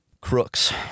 crooks